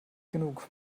genug